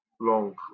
long